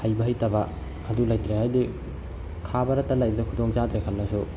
ꯍꯩꯕ ꯍꯩꯇꯕ ꯑꯗꯨ ꯂꯩꯇ꯭ꯔꯦ ꯍꯥꯏꯕꯗꯤ ꯈꯥ ꯚꯥꯔꯠꯇ ꯂꯩꯕꯗ ꯈꯨꯗꯣꯡ ꯆꯥꯗ꯭ꯔꯦ ꯈꯜꯂꯁꯨ